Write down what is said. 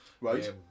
Right